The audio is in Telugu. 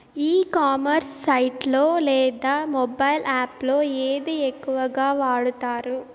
ఈ కామర్స్ సైట్ లో లేదా మొబైల్ యాప్ లో ఏది ఎక్కువగా వాడుతారు?